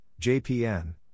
JPN